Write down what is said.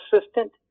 assistant